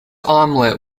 omelette